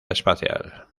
espacial